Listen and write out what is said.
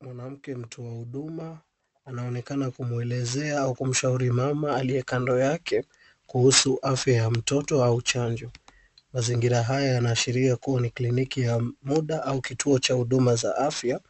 Mwanamke mtoa huduma, anaonekana kumwelezea au kumshauri mama aliye kando yake, kuhusu afya ya mtoto au chanjo. Mazingira haya yanaashiria kuwa ni kliniki ya muda, au kituo cha huduma za afya